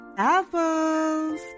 Apples